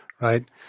Right